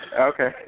Okay